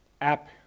app